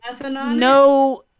no